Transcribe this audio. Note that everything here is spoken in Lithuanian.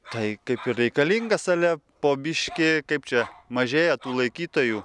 tai kaip ir reikalinga ale po biškį kaip čia mažėja tų laikytojų